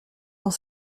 dans